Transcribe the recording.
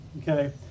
Okay